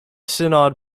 synod